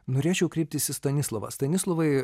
norėčiau kreiptis į stanislovą stanislovai